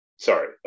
Sorry